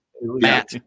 Matt